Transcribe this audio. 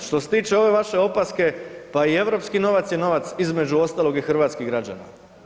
Što se tiče ove vaše opaske, pa i europski novac je novac između ostalog, i hrvatskih građana.